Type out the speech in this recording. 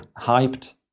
hyped